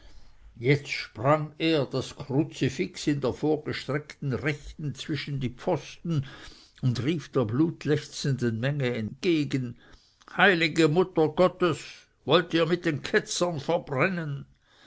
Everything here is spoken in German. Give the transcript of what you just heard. jetzt sprang er das kruzifix in der vorgestreckten rechten zwischen die pfosten und rief der blutlechzenden menge entgegen heilige mutter gottes wollt ihr mit den ketzern verbrennen